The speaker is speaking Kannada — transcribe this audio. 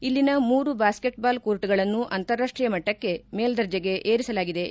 ಇಲ್ಲಿನ ಮೂರು ಬ್ಯಾಸೈಟ್ಬಾಲ್ ಕೋರ್ಟ್ಗಳನ್ನು ಅಂತಾರಾಷ್ಟೀಯ ಮಟ್ಟಕ್ಕೆ ಮೇಲ್ದರ್ಜೆಗೇರಿಸಲಾಗಿದೆ ಎಂದರು